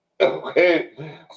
Okay